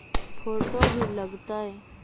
Photo भी लग तै?